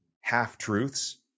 half-truths